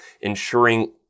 ensuring